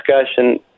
discussion